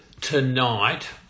tonight